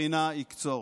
ברינה יקצרו".